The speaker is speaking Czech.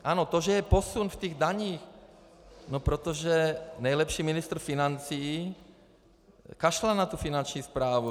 Ano, to, že je posun v těch daních no protože nejlepší ministr financí kašle na Finanční správu.